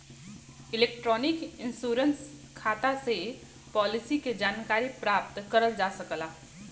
electronic insurance खाता से policy के जानकारी प्राप्त करल जा सकल जाला